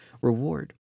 reward